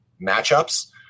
matchups